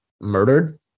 murdered